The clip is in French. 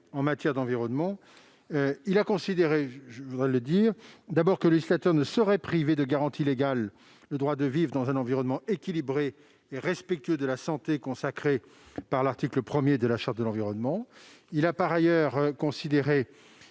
en matière environnementale. Il a considéré que le législateur « ne saurait priver de garanties légales le droit de vivre dans un environnement équilibré et respectueux de la santé, consacré par l'article 1 de la Charte de l'environnement. » Il a par ailleurs jugé